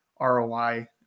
ROI